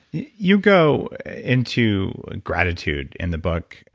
you go into gratitude in the book,